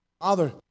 father